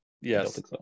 Yes